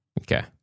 Okay